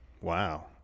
Wow